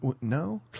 No